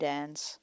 Dance